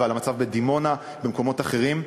על המצב בדימונה ובמקומות אחרים,